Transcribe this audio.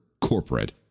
corporate